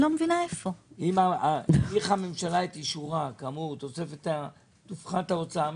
אם הדיחה הממשלה את אישורה כאמור; תופחת ההוצאה הממשלתי.